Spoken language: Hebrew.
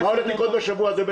מה הולך לקרות בשבוע הזה?